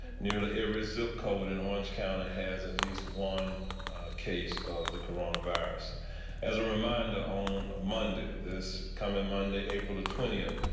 nearly every zip code in orange county has at least one a case of the coronavirus as a reminder on monday this coming monday april twentieth.